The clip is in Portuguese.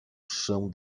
chão